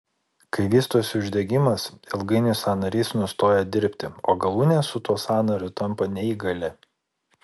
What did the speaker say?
kai vystosi uždegimas ilgainiui sąnarys nustoja dirbti o galūnė su tuo sąnariu tampa neįgali